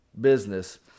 business